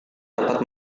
dapat